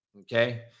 okay